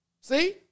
See